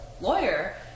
lawyer